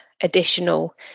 additional